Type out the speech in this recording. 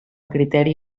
criteri